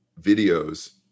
videos